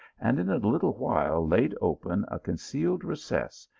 and in a little while laid open a concealed recess,